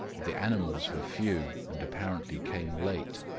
the animals were few, and apparently came late.